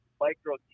micro